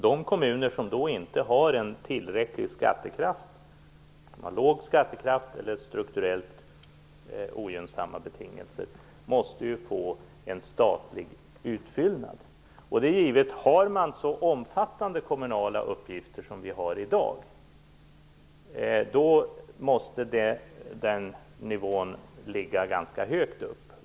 De kommuner som inte har en tillräcklig skattekraft, låg skattekraft eller strukturellt ogynnsamma betingelser, måste få en statlig utfyllnad. Har man så omfattande kommunala uppgifter som i dag är det givet att den nivån måste ligga ganska högt upp.